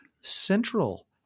central